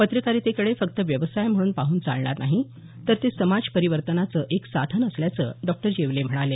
पत्रकारितेकडे फक्त व्यवसाय म्हणून पाहून चालणार नाही तर ते समाज परिवर्तनाचे एक साधन असल्याचं डॉ येवले म्हणाले